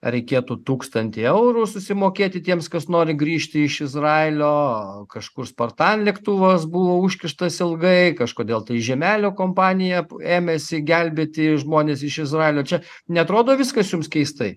reikėtų tūkstantį eurų susimokėti tiems kas nori grįžti iš izraelio kažkur spartan lėktuvas buvo užkištas ilgai kažkodėl tai žiemelio kompanija ėmėsi gelbėti žmones iš izraelio čia neatrodo viskas jums keistai